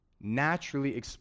naturally